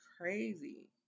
crazy